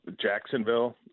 Jacksonville